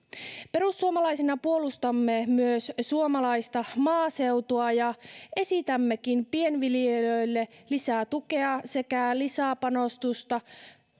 perussuomalaisina puolustamme myös suomalaista maaseutua ja esitämmekin pienviljelijöille lisää tukea sekä lisäpanostusta